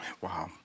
Wow